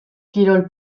kirol